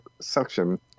suction